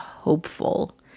hopeful